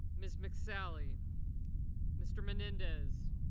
ms. mccalley. mr. menendez.